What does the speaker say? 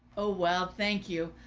oh, well, thank you.